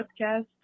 podcast